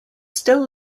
still